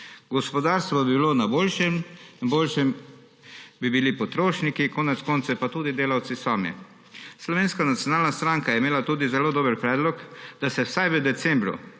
Gospodarstvo bi bilo na boljšem, na boljšem bi bili potrošniki, konec koncev pa tudi delavci sami. Slovenska nacionalna stranka je imela tudi zelo dober predlog, da se vsaj v mesecu